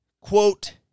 quote